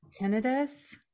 tinnitus